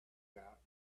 that